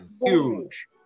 huge